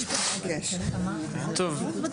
טוב.